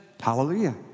Hallelujah